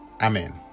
Amen